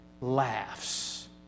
laughs